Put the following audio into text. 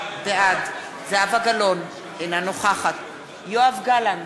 בעד זהבה גלאון, אינה נוכחת יואב גלנט,